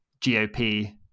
GOP